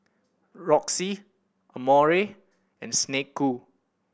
Roxy Amore and Snek Ku